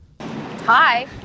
Hi